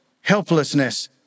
helplessness